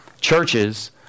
churches